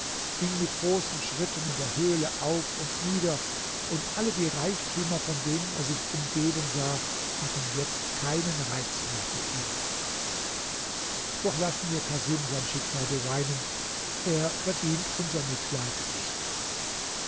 ging mit großen schritten in der höhle auf und nieder und alle die reichtümer von denen er sich umgeben sah hatten jetzt keinen reiz mehr für ihn doch lassen wir casim sein schicksal beweinen er verdient unser mitleid nicht